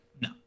No